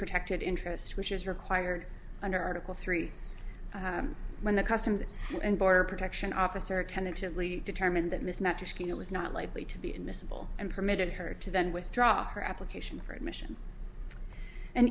protected interest which is required under article three when the customs and border protection officer tentatively determined that mismatch it was not likely to be admissible and permitted her to then withdraw her application for admission and